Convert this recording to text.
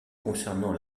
concernant